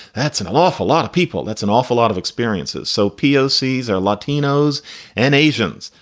that's an awful lot of people. that's an awful lot of experiences. so posse's are latinos and asians.